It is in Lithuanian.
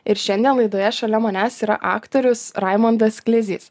ir šiandien laidoje šalia manęs yra aktorius raimundas klezys